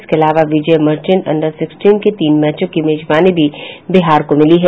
इसके अलावा Vijay Merchant under sixteen के तीन मैचों की मेजबान भी बिहार को मिली है